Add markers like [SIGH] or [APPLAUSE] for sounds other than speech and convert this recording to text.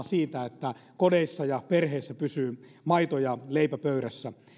[UNINTELLIGIBLE] siitä että kodeissa ja perheissä pysyvät maito ja leipä pöydässä